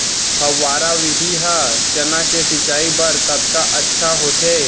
फव्वारा विधि ह चना के सिंचाई बर कतका अच्छा होथे?